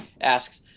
asks